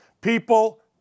people